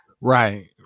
Right